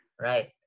Right